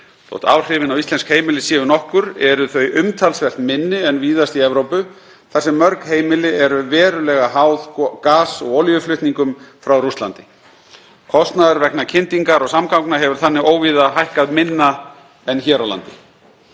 Þótt áhrifin á íslensk heimili séu nokkur eru þau umtalsvert minni en víðast í Evrópu þar sem mörg heimili eru verulega háð gas- og olíuflutningum frá Rússlandi. Kostnaður vegna kyndingar og samgangna hefur þannig óvíða hækkað minna en hér á landi.